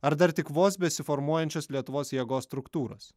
ar dar tik vos besiformuojančios lietuvos jėgos struktūros